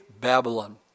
Babylon